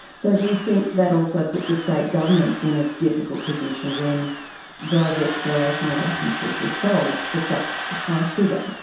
so do think that also put the state government in a difficult position when those exploration licences were sold for such a high figure?